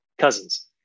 cousins